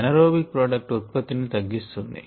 anaerobic product ఉత్పత్తిని తగ్గిస్తుంది